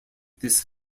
this